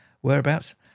whereabouts